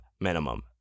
minimum